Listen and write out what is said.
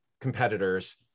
competitors